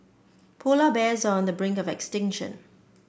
polar bears are on the brink of extinction